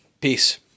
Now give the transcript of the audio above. Peace